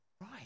right